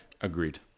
Agreed